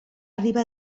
riba